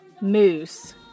moose